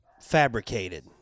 fabricated